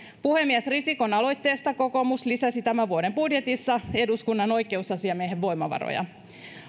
puhemies risikon aloitteesta kokoomus lisäsi tämän vuoden budjetissa eduskunnan oikeusasiamiehen voimavaroja